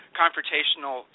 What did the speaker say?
confrontational